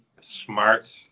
smart